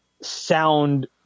sound